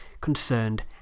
concerned